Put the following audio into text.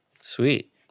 Sweet